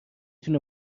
تونه